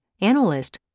analyst